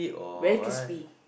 very crispy